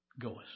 goest